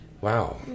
Wow